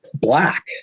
black